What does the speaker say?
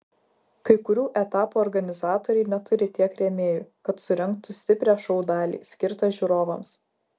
kai kurių etapų organizatoriai neturi tiek rėmėjų kad surengtų stiprią šou dalį skirtą žiūrovams